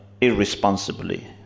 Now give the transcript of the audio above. irresponsibly